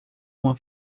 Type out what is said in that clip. uma